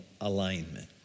alignment